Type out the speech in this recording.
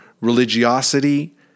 religiosity